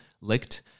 Licked